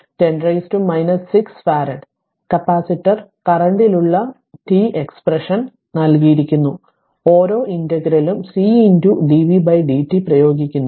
5 10 6 farad capacitor കറന്റിനുള്ള t expression നൽകിയിരിക്കുന്നു ഓരോ ഇന്റഗ്രലും C dv dt പ്രയോഗിക്കുന്നു